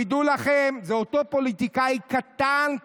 תדעו לכם שזה אותו פוליטיקאי קטן,